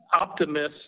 optimist